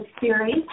series